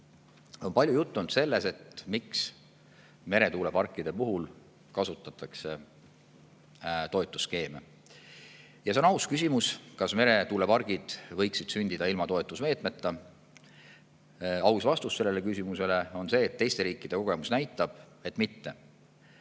On palju juttu olnud sellest, miks meretuuleparkide puhul kasutatakse toetusskeeme. Ja see on aus küsimus, kas meretuulepargid võiksid sündida ilma toetusmeetmeta. Aus vastus sellele küsimusele on see: teiste riikide kogemus näitab, et mitte.